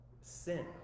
sin